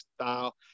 style